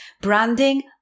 branding